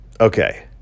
Okay